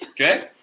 Okay